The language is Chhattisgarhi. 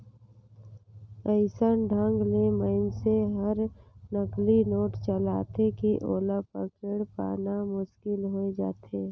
अइसन ढंग ले मइनसे हर नकली नोट चलाथे कि ओला पकेड़ पाना मुसकिल होए जाथे